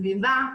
סביבה.